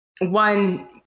one